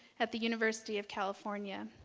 at the university of california.